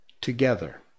together